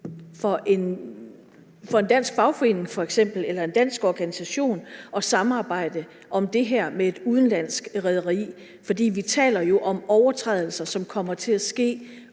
en dansk fagforening eller en dansk organisation at samarbejde om det her med et udenlandsk rederi, for vi taler jo om overtrædelser, som kommer til at ske